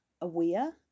aware